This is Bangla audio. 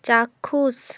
চাক্ষুষ